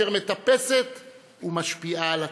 אשר מטפסת ומשפיעה על הצמרת.